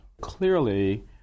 Clearly